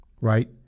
Right